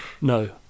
No